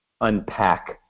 unpack